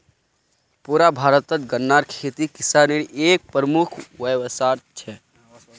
पुरा भारतत गन्नार खेती किसानेर एक प्रमुख व्यवसाय छे